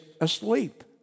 asleep